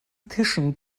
tischen